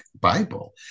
Bible